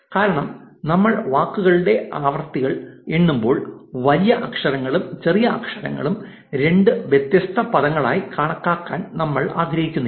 കാരണം നമ്മൾ വാക്കുകളുടെ ആവൃത്തികൾ എണ്ണുമ്പോൾ വലിയ അക്ഷരങ്ങളും ചെറിയ അക്ഷരങ്ങളും രണ്ട് വ്യത്യസ്ത പദങ്ങളായി കണക്കാക്കാൻ നമ്മൾ ആഗ്രഹിക്കുന്നില്ല